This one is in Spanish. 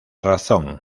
razón